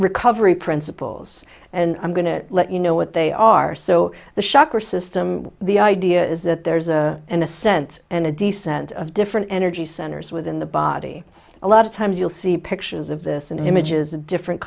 recovery principles and i'm going to let you know what they are so the shocker system the idea is that there's a in a sense and a descent of different energy centers within the body a lot of times you'll see pictures of this and images of different